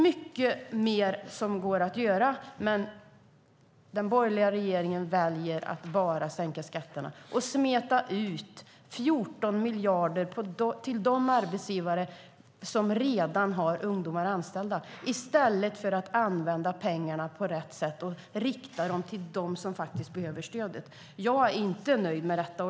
Mycket mer går att göra, men den borgerliga regeringen väljer att bara sänka skatterna och smeta ut 14 miljarder till de arbetsgivare som redan har ungdomar anställda i stället för att använda pengarna på rätt sätt och rikta dem till dem som faktiskt behöver stöd. Jag är inte nöjd med detta.